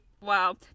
Wow